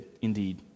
indeed